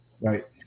right